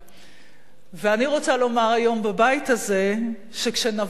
ואני רוצה לומר היום בבית הזה, שכשנבין בכנסת